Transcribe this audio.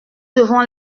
devons